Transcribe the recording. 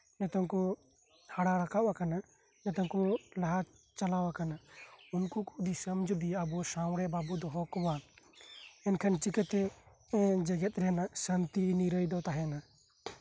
ᱱᱤᱛᱳᱝ ᱠᱚ ᱦᱟᱨᱟ ᱨᱟᱠᱟᱵ ᱟᱠᱟᱱᱟ ᱱᱤᱛᱳᱝ ᱠᱚ ᱞᱟᱦᱟ ᱪᱟᱞᱟᱣ ᱟᱠᱟᱱ ᱩᱱᱠᱩ ᱠᱚ ᱫᱤᱥᱚᱢ ᱡᱩᱫᱤ ᱟᱵᱚ ᱥᱟᱶᱨᱮ ᱵᱟᱵᱚ ᱫᱚᱦᱚ ᱠᱚᱣᱟ ᱮᱱᱠᱷᱟᱱ ᱪᱤᱠᱟᱹᱛᱮ ᱡᱮᱜᱮᱫ ᱨᱮᱱᱟᱜ ᱥᱟᱱᱛᱤ ᱱᱤᱨᱟᱹᱭ ᱫᱚ ᱛᱟᱦᱮᱱᱟ